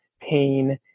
pain